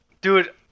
Dude